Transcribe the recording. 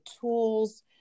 tools